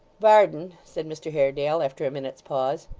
varden, said mr haredale, after a minute's pause,